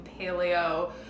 paleo